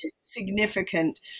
significant